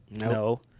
No